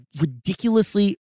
ridiculously